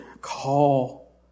call